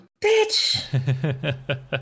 bitch